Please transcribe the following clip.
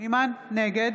נגד